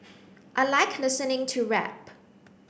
I like listening to rap